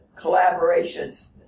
collaborations